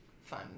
fun